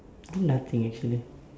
do nothing actually